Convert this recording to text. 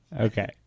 Okay